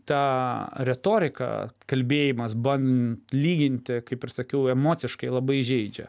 ta retorika kalbėjimas bandant lyginti kaip ir sakiau emociškai labai žeidžia